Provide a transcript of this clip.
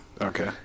Okay